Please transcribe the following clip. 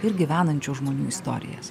ir gyvenančių žmonių istorijas